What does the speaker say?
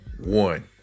one